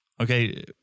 Okay